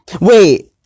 Wait